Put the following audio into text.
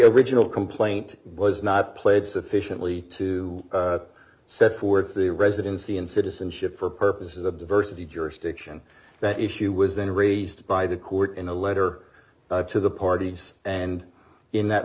original complaint was not played sufficiently to set forth the residency in citizenship for purposes of diversity jurisdiction that issue was then raised by the court in a letter to the parties and in that